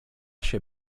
się